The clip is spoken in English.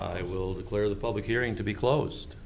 it will declare the public hearing to be closed